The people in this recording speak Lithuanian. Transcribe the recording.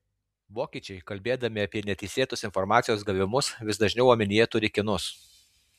vokiečiai kalbėdami apie neteisėtus informacijos gavimus vis dažniau omenyje turi kinus